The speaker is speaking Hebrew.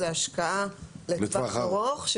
זו השקעה לטווח ארוך,